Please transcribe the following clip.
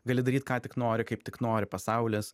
gali daryt ką tik nori kaip tik nori pasaulis